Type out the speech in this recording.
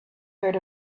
heard